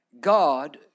God